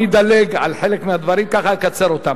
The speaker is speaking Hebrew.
אני אדלג על חלק מהדברים ככה ואקצר אותם.